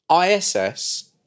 ISS